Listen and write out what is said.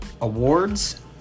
awards